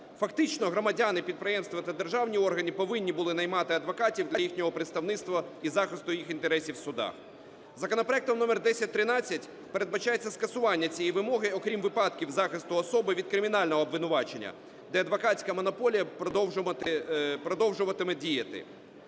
Фактично громадяни, підприємства та державні органи повинні були наймати адвокатів для їхнього представництва і захисту їх інтересів в судах. Законопроектом номер 1013 передбачається скасування цієї вимоги, окрім випадків захисту особи від кримінального обвинувачення, де адвокатська монополія продовжуватиме діяти.